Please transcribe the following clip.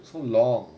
so long